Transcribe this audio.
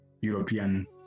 European